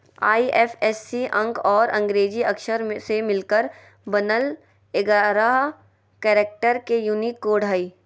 IFSC अंक और अंग्रेजी अक्षर से मिलकर बनल एगारह कैरेक्टर के यूनिक कोड हइ